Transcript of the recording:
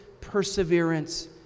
perseverance